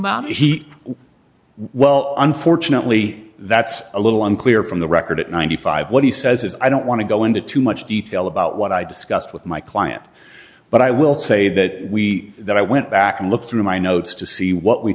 is he well unfortunately that's a little unclear from the record at ninety five what he says is i don't want to go into too much detail about what i discussed with my client but i will say that we that i went back and looked through my notes to see what we